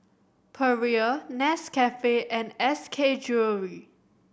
Perrier Nescafe and S K Jewellery